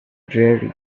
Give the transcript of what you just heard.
dreary